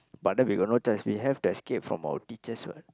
but then we got no chance we have that scared from our teachers what